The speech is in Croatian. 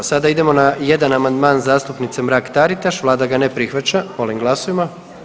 Sada idemo na jedan amandman zastupnice Mrak-Taritaš, Vlada ga ne prihvaća, molim glasujmo.